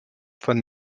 von